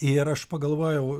ir aš pagalvojau